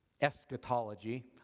eschatology